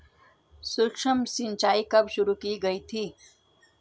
सूक्ष्म सिंचाई कब शुरू की गई थी?